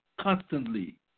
constantly